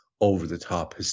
over-the-top